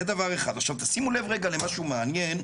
עכשיו תשימו לב רגע למשהו מעניין,